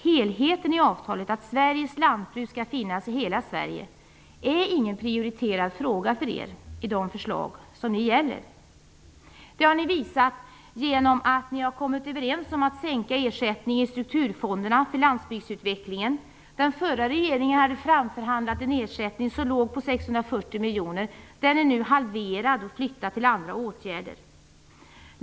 Helheten i avtalet - att Sveriges lantbruk skall finnas i hela Sverige - är ingen prioriterad fråga för er i de förslag som nu gäller. Det har ni visat genom att ni har kommit överens om att sänka ersättningen i strukturfonderna för landsbygdsutvecklingen. Den förra regeringen hade framförhandlat en ersättning som låg på 640 miljoner. Den är nu halverad och flyttad till andra åtgärder.